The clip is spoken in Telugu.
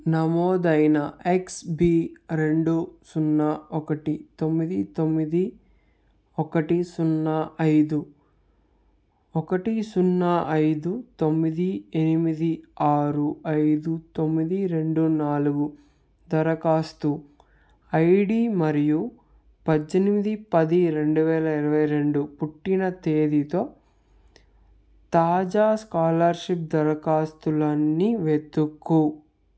నమోదైన ఎక్స్బి రెండు సున్న ఒకటి తొమ్మిది తొమ్మిది ఒకటి సున్న ఐదు ఒకటి సున్నా ఐదు తొమ్మిది ఎనిమిది ఆరు ఐదు తొమ్మిది రెండు నాలుగు దరఖాస్తు ఐడి మరియు పద్దెనిమిది పది రెండు వేల ఇరువై రెండు పుట్టిన తేదీతో తాజా స్కాలర్షిప్ దరఖాస్తులన్ని వెతుకు